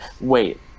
wait